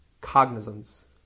cognizance